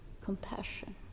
Compassion